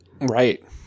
Right